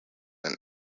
and